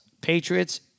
Patriots